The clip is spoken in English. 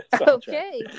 Okay